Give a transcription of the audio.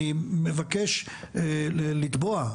אני מבקש לתבוע,